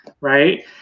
right